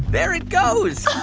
there it goes